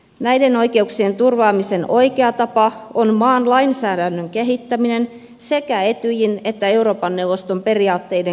näiden oikeuksien turvaamiseen oikea tapa on maan lainsäädännön kehittäminen ja sekä etyjin että euroopan neuvoston periaatteiden noudattaminen